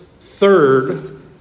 third